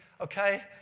okay